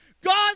God